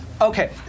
Okay